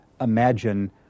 imagine